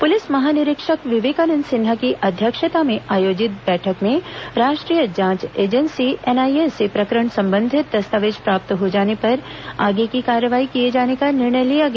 police महानिरीक्षक विवेकानंद सिन्हा की अध्यक्षता में आयोजित बैठंक में राष्ट्रीय जांच एजेंसी एनआईए से प्रकरण संबंधित दस्तावेज प्राप्त हो जाने पर आगे की कार्यवाही किए जाने का निर्णय लिया गया